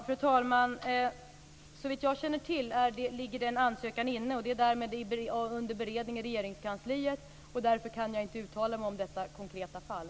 Fru talman! Såvitt jag känner till, ligger denna ansökan inne. Den är därmed under beredning i Regeringskansliet. Därför kan jag inte uttala mig om detta konkreta fall.